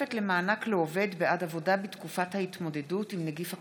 (תוספת למענק לעובד בעד עבודה בתקופת ההתמודדות עם נגיף הקורונה),